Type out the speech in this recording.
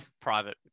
private